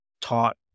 taught